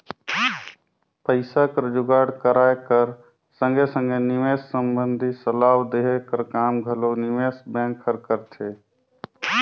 पइसा कर जुगाड़ कराए कर संघे संघे निवेस संबंधी सलाव देहे कर काम घलो निवेस बेंक हर करथे